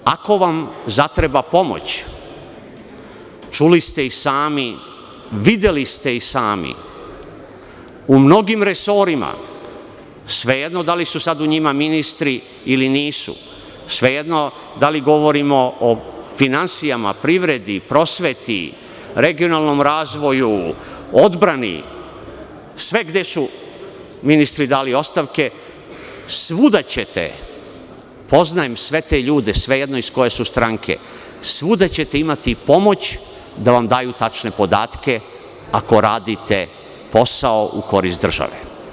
Ako vam zatreba pomoć, čuli ste i sami, videli ste i sami, u mnogim resorima, sve jedno da li su sad u njima ministri ili nisu, sve jedno da li govorimo o finansijama, privredi, prosveti, regionalnom razvoju, odbrani, sve gde su ministri dali ostavke, svuda ćete, poznajem sve te ljude, sve jedno iz koje su stranke, svuda ćete imati pomoć da vam daju tačne podatke, ako radite posao u korist države.